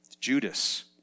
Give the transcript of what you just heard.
Judas